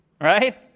right